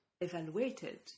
evaluated